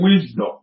wisdom